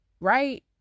right